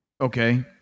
Okay